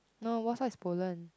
no Warsaw is Poland